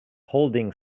holding